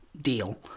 deal